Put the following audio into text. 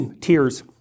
tears